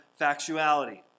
factuality